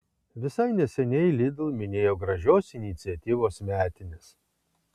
visai neseniai lidl minėjo gražios iniciatyvos metines